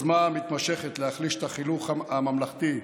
היוזמה המתמשכת להחליש את החינוך הממלכתי,